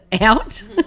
out